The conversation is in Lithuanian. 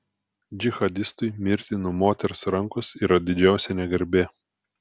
džihadistui mirti nuo moters rankos yra didžiausia negarbė